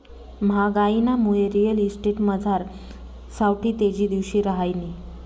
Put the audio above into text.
म्हागाईनामुये रिअल इस्टेटमझार सावठी तेजी दिवशी रहायनी